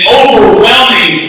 overwhelming